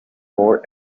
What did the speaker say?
more